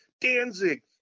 Danzig